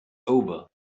over